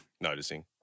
noticing